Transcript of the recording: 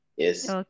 Yes